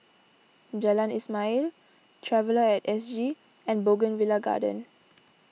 Jalan Ismail Traveller at S G and Bougainvillea Garden